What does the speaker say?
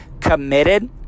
committed